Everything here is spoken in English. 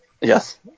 Yes